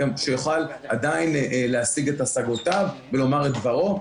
שיוכל עדיין להשיג את השגותיו ולומר את דברו,